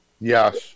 Yes